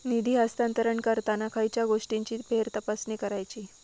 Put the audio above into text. निधी हस्तांतरण करताना खयच्या गोष्टींची फेरतपासणी करायची?